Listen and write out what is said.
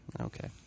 Okay